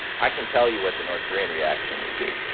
i can tell you what the north korean reaction would be.